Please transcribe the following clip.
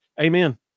Amen